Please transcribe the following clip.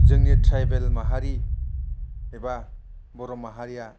जोंनि ट्रायबेल माहारि एबा बर' माहारिया